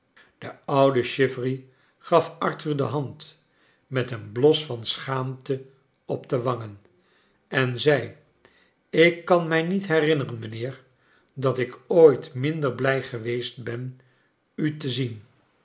be oude chivery gaf arthur de hand met een bios van schaamte op de wangen en zei ik kan mij niet herinneren mijnheer dat ik ooit minder blij geweest ben u te zien